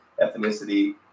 ethnicity